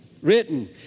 written